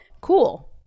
cool